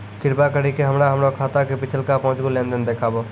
कृपा करि के हमरा हमरो खाता के पिछलका पांच गो लेन देन देखाबो